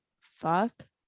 fuck